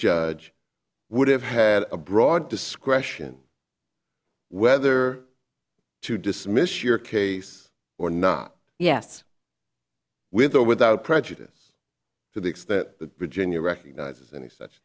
judge would have had a broad discretion whether to dismiss your case or not yes with or without prejudice to the ex that virginia recognizes any such